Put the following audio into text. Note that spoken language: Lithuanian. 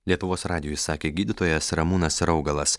lietuvos radijui sakė gydytojas ramūnas raugalas